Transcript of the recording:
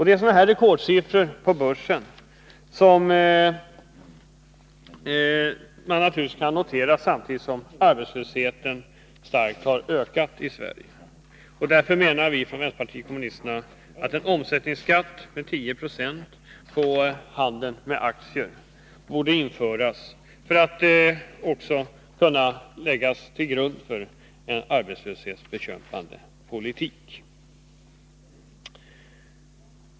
Det är sådana här rekordsiffror på börsen som man kan notera samtidigt som arbetslösheten starkt ökat i Sverige. Därför menar vi från vänsterpartiet kommunisternas sida att en omsättningsskatt på 10 20 på handeln med aktier borde införas, för att även kunna läggas till grund för en arbetslöshetsbekämpande politik.